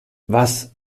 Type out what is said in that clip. was